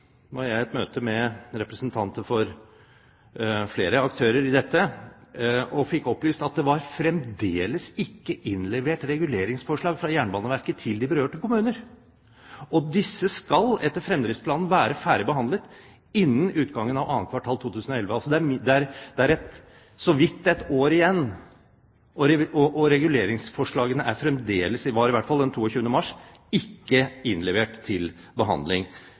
jeg i et møte med representanter for flere aktører i dette prosjektet og fikk opplyst at det fremdeles ikke var innlevert reguleringsforslag fra Jernbaneverket til de berørte kommuner. Disse skal etter fremdriftsplanen være ferdigbehandlet innen utgangen av 2. kvartal 2011. Det er så vidt ett år igjen, og reguleringsforslagene er fremdeles – var i hvert fall den 22. mars – ikke innlevert til behandling.